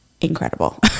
incredible